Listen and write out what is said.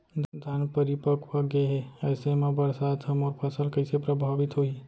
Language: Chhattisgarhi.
धान परिपक्व गेहे ऐसे म बरसात ह मोर फसल कइसे प्रभावित होही?